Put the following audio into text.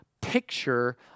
picture